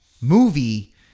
movie